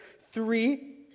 three